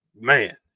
man